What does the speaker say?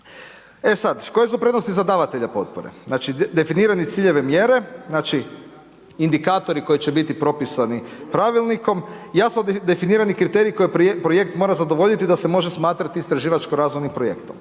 E sad, koje su prednosti za davatelja potpore? Znači definirane ciljeve, mjere. Znači indikatori koji će biti propisani pravilnikom, jasno definirani kriteriji koje projekt mora zadovoljiti da se može smatrati istraživačko razvojnim projektom.